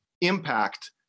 impact